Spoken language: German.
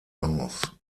aus